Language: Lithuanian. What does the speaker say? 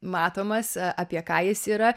matomas apie ką jis yra